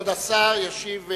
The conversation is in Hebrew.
כבוד השר ישיב,